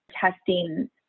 testing